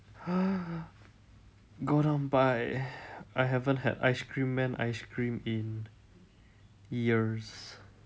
go down buy I haven't had ice cream man ice cream in years